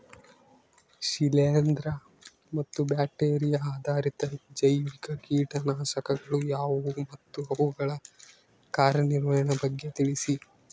ಶಿಲೇಂದ್ರ ಮತ್ತು ಬ್ಯಾಕ್ಟಿರಿಯಾ ಆಧಾರಿತ ಜೈವಿಕ ಕೇಟನಾಶಕಗಳು ಯಾವುವು ಮತ್ತು ಅವುಗಳ ಕಾರ್ಯನಿರ್ವಹಣೆಯ ಬಗ್ಗೆ ತಿಳಿಸಿ?